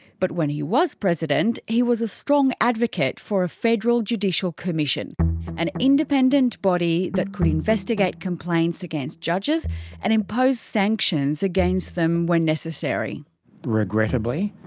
but when he was president he was a strong advocate for a federal judicial commission an independent body that could investigate complaints against judges and impose sanctions against them when necessaryarthur regrettably,